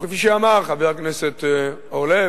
וכפי שאמר חבר הכנסת אורלב,